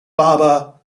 baba